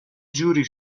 جوری